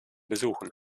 besuchen